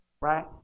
right